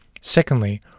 Secondly